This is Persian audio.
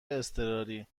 اضطراری